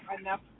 enough